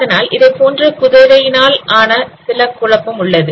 அதனால் இதைப்போன்ற குதிரையினஆல் சில குழப்பம் உள்ளது